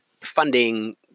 funding